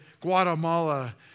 Guatemala